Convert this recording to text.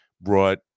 brought